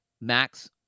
max